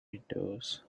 windows